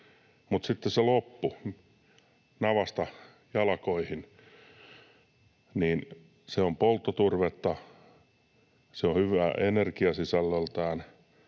— ja sitten se loppu navasta jalkoihin on polttoturvetta. Se on hyvää energiasisällöltään,